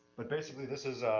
but basically this is,